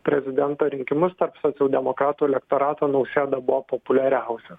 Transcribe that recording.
prezidento rinkimus tarp socialdemokratų elektorato nausėda buvo populiariausias